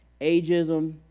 Ageism